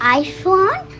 iPhone